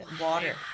water